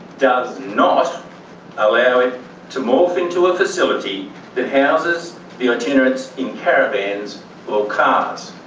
does not allow it to morph into a facility that houses the itinerants in caravans or cars.